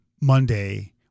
Monday